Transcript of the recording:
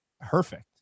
Perfect